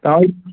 तव्हां ई